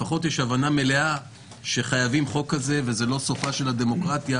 לפחות יש הבנה מלאה שחייבים חוק כזה וזה לא סופה של הדמוקרטיה,